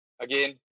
again